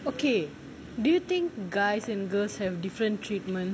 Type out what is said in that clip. okay do you think guys and girls have different treatments